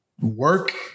work